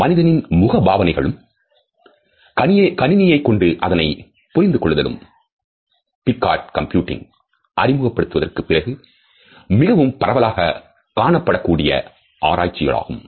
மனிதனின் முக பாவனைகளும் கணினியைக் கொண்டு அதனை புரிந்து கொள்ளுதலும் Picard கம்ப்யூட்டிங்கை அறிமுகப்படுத்தியதற்கு பிறகு மிகவும் பரவலாக காணப்படக்கூடிய ஆராய்ச்சியாகும்